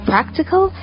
practical